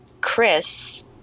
chris